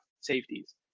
safeties